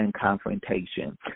confrontation